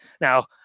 Now